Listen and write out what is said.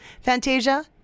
Fantasia